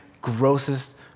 grossest